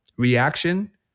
reaction